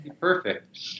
perfect